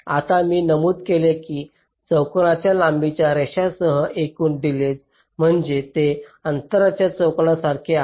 आता मी नमूद केले की या चौकोनाच्या लांबीच्या रेषेसह एकूण डिलेज म्हणजे ते अंतरांच्या चौकोनासारखे आहे